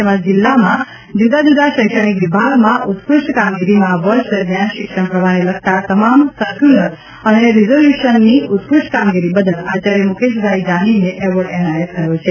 જેમાં જિલ્લામાં જુદા જુદા શૈક્ષણિક વિભાગમાં ઉત્કૃષ્ટ કામગીરીમાં વર્ષ દરમ્યાન શિક્ષણ પ્રવાહને લગતા તમામ સરક્યુલર અને રીસોલ્યુશનની ઉત્કૃષ્ઠ કામગીરી બદલ આચાર્ય મુકેશભાઇ જાનીને એવોર્ડ એનાયત થયો છે